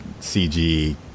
CG